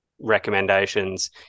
recommendations